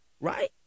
right